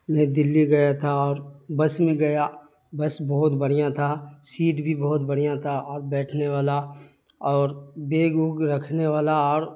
میں دہلی گیا تھا اور بس میں گیا بس بہت بڑھیا تھا سیٹ بھی بہت بڑھیا تھا اور بیٹھنے والا اور بیگ ووگ رکھنے والا اور